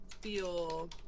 feel